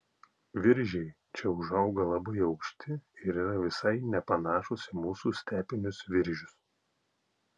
viržiai čia užauga labai aukšti ir yra visai nepanašūs į mūsų stepinius viržius